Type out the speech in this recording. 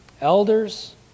Elders